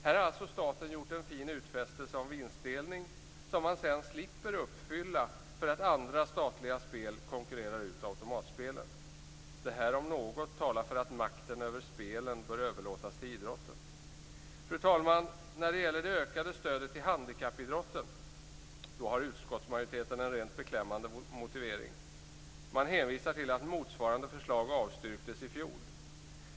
Här har alltså staten gjort en fin utfästelse om vinstdelning som man sedan slipper uppfylla därför att andra statliga spel konkurrerar ut automatspelen. Detta om något talar för att makten över spelen bör överlåtas till idrotten. Fru talman! När det gäller det ökade stödet till handikappidrotten har utskottsmajoriteten en rent beklämmande avslagsmotivering. Man hänvisar till att motsvarande förslag avstyrktes i fjol!